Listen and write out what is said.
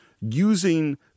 using